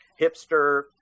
hipster